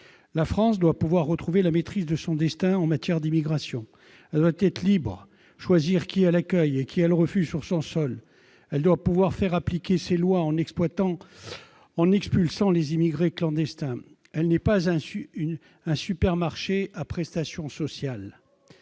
La France doit pouvoir retrouver la maîtrise de son destin en matière d'immigration. Elle doit être libre de choisir qui elle accueille et refuse sur son sol. Elle doit pouvoir faire appliquer ses lois en expulsant les immigrés clandestins. Elle n'est pas un supermarché à prestations sociales.